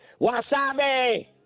Wasabi